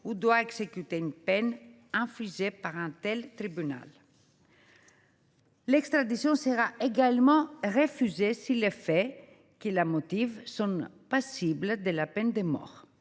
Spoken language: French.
doit exécuter une peine infligée par un tel tribunal. L’extradition sera également refusée si les faits qui la motivent sont passibles de la peine de mort.